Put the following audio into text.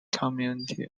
community